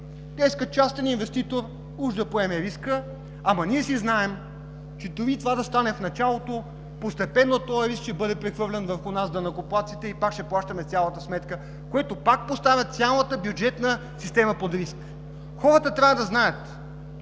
Те искат частен инвеститор – уж да поеме риска, ама ние си знаем, че дори и това да стане в началото, постепенно този риск ще бъде прехвърлен върху нас, данъкоплатците, и пак ще плащаме цялата сметка, което пак поставя цялата бюджетна система под риск. Хората трябва да знаят,